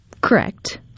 Correct